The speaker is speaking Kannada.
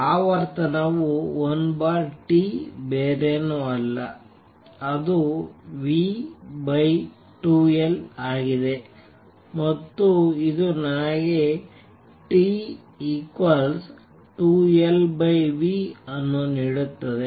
ಆವರ್ತನವು 1 T ಬೇರೇನಲ್ಲ ಅದು v2L ಆಗಿದೆ ಮತ್ತು ಇದು ನನಗೆ T2Lv ಅನ್ನು ನೀಡುತ್ತದೆ